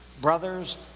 brothers